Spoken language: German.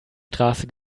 straße